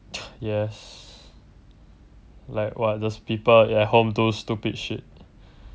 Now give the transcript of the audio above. yes like [what] just people at home do stupid shit